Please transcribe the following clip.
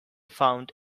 found